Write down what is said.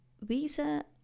visa